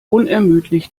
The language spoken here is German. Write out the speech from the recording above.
unermüdlich